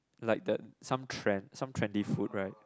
like the some trend some trendy food right